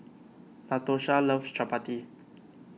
Natosha loves Chappati